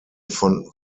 von